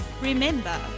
Remember